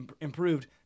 improved